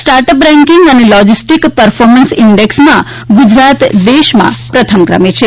start up ranking અને logistic performance ઇન્ડેક્ષમાં ગુજરાત દેશમાં પ્રથમ ક્રમે છે